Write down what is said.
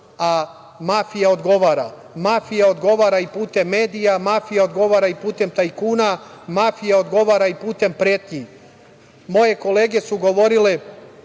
a mafija odgovara. Mafija odgovara i putem medija, mafija odgovara i putem tajkuna, mafija odgovara i putem pretnji. Moje kolege su govorile